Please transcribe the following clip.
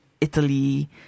Italy